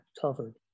covered